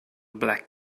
black